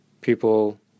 people